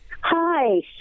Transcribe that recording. Hi